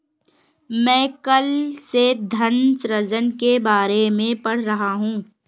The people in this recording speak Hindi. मैं कल से धन सृजन के बारे में पढ़ रहा हूँ